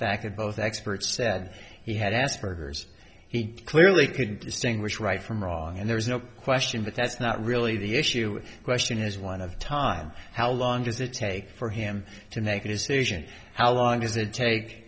fact that both experts said he had asperger's as he clearly couldn't distinguish right from wrong and there's no question but that's not really the issue question is one of time how long does it take for him to make a decision how long does it take